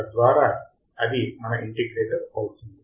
తద్వారా అది మన ఇంటిగ్రేటర్ అవుతుంది